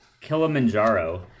Kilimanjaro